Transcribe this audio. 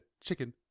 chicken